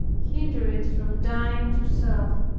hinder it from dying to self,